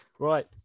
Right